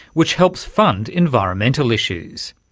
which helps fund environmental issues.